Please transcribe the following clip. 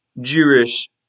Jewish